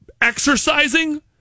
exercising